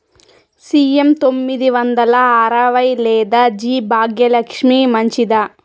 CM తొమ్మిది వందల అరవై లేదా జి భాగ్యలక్ష్మి మంచిదా?